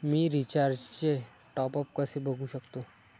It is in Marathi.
मी रिचार्जचे टॉपअप कसे बघू शकतो?